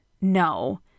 No